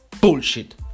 Bullshit